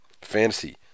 fantasy